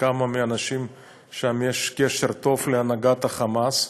לכמה מהאנשים שם יש קשר טוב עם הנהגת ה"חמאס",